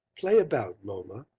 play about, lola,